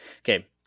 Okay